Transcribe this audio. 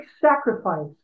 sacrifice